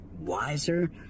wiser